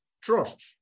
trust